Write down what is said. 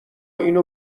اینو